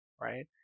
right